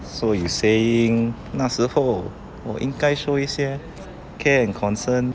so you saying 那时侯我应该 show 一些 care and concern